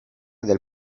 del